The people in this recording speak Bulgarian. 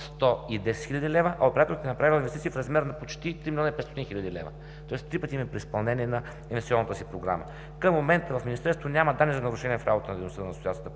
110 хил. лв., а операторът е направил инвестиции в размер на почти 3 млн. 500 хил. лв., тоест има три пъти преизпълнение на инвестиционната си програма. Към момента в Министерството няма данни за нарушения в работата и